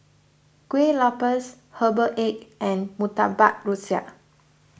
Kueh Lopes Herbal Egg and Murtabak Rusa